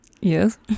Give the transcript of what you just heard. Yes